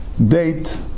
Date